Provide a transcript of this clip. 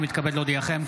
אני מתכבד להודיעכם,